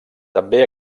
també